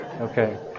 Okay